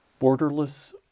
Borderless